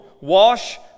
wash